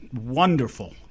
Wonderful